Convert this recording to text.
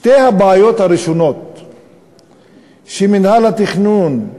שתי הבעיות הראשונות שמינהל התכנון,